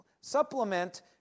supplement